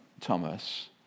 Thomas